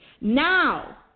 Now